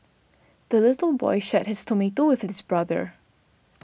the little boy shared his tomato with his brother